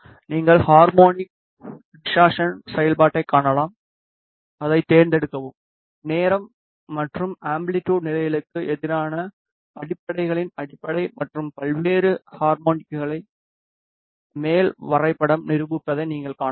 நீங்கள் harmonic distortion செயல்பாட்டைக் காணலாம் அதைத் தேர்ந்தெடுக்கவும் நேரம் மற்றும் அம்பிலிட்டுட் நிலைகளுக்கு எதிரான அடிப்படைகளின் அடிப்படை மற்றும் பல்வேறு ஹார்மோனிக்களை மேல் வரைபடம் நிரூபிப்பதை நீங்கள் காணலாம்